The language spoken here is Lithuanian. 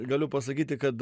galiu pasakyti kad